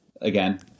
again